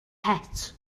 het